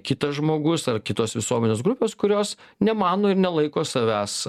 kitas žmogus ar kitos visuomenės grupės kurios nemano ir nelaiko savęs